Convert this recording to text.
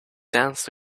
danced